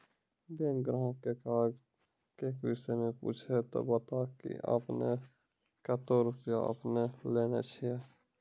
Bank ग्राहक ने काज के विषय मे पुछे ते बता की आपने ने कतो रुपिया आपने ने लेने छिए?